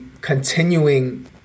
continuing